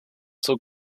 zur